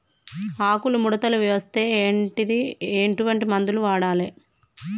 ఆకులు ముడతలు వస్తే ఎటువంటి మందులు వాడాలి?